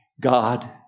God